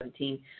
2017